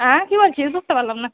হ্যাঁ কী বলছিস বুঝতে পারলাম না